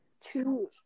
Two